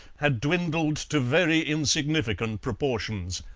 had dwindled to very insignificant proportions,